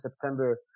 September